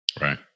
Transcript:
Right